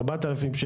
ארבעת אלפים,